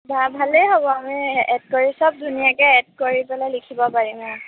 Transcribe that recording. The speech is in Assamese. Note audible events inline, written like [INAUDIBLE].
ভা ভালেই হ'ব আমি এড কৰি সব ধুনীয়াকৈ এড কৰি পেলাই লিখিব পাৰিম [UNINTELLIGIBLE]